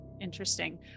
Interesting